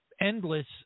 endless